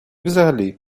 взагалі